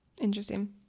Interesting